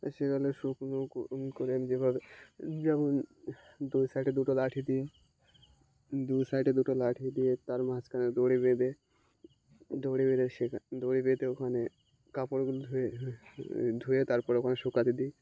সেগুলো শুকনো করে যেভাবে যেমন দুই সাইডে দুটো লাঠি দিই দুই সাইডে দুটো লাঠি দিয়ে তার মাঝখানে দড়ি বেঁধে দড়ি বেঁধে সেটা দড়ি বেঁধে ওখানে কাপড়গুলো ধুয়ে ধুয়ে তারপর ওখানে শুকাতে দিই